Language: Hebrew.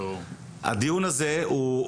הדיון הזה הוא,